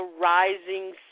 rising